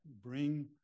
bring